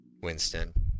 Winston